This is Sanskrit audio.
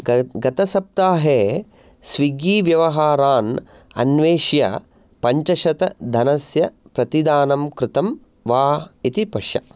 गतसप्ताहे स्विग्गी व्यवहारान् अन्वेष्य पञ्चशतधनस्य प्रतिदानं कृतं वा इति पश्य